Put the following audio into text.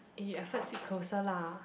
eh I sit closer lah